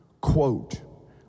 quote